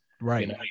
Right